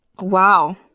wow